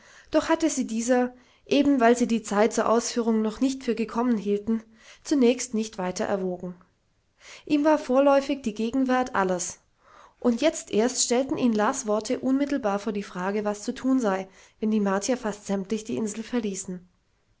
doch hatte sie dieser eben weil sie die zeit zur ausführung noch nicht für gekommen hielten zunächst nicht weiter erwogen ihm war vorläufig die gegenwart alles und jetzt erst stellten ihn las worte unmittelbar vor die frage was zu tun sei wenn die martier fast sämtlich die insel verließen